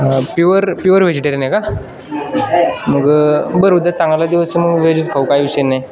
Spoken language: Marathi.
प्युअर प्युअर व्हेजिटेरियन आहे का मग बरं उद्या चांगला दिवस मग व्हेजच खाऊ काय विषय नाही